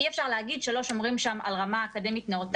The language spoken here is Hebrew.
אי-אפשר להגיד שלא שומרים שם על רמה אקדמית נאותה,